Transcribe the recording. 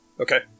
Okay